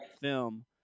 film